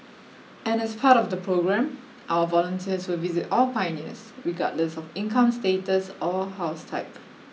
and as part of the programme our volunteers will visit all pioneers regardless of income status or house type